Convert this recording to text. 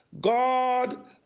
god